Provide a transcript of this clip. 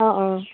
অঁ অঁ